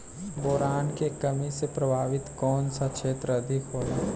Boron के कमी से प्रभावित कौन सा क्षेत्र अधिक होला?